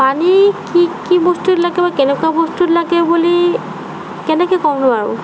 পানী কি কি বস্তুত লাগে বা কেনেকুৱা বস্তুত লাগে বুলি কেনেকৈ কওঁনো আৰু